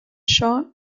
shot